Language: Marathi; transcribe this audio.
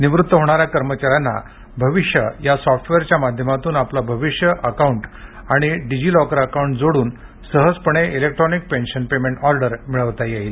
निवृत्त होणाऱ्या कर्मचाऱ्यांना भविष्य या सॉफ्टवेअरच्या माध्यमातून आपलं भविष्य अकाउंट आणि डिजि लॉकर अकाउंट जोडून सहजपणे इलेक्ट्रॉनिक पेन्शन पेमेंट ऑर्डर मिळवता येईल